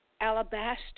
alabaster